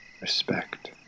respect